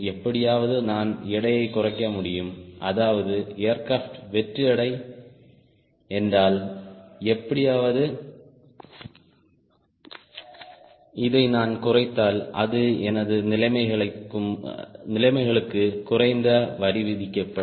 எப்படியாவது நான் எடையைக் குறைக்க முடியும் அதாவது ஏர்கிராப்ட் வெற்று எடை என்றால் எப்படியாவது இதை நான் குறைத்தால் அது எனது நிலைமைகளுக்கு குறைந்த வரி விதிக்கப்படும்